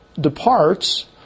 departs